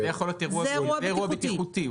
זה אירוע בטיחותי.